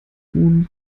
huhn